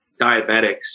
diabetics